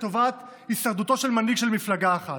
לטובת הישרדותו של מנהיג של מפלגה אחת.